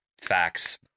facts